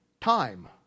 Time